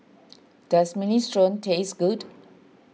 does Minestrone taste good